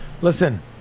Listen